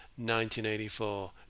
1984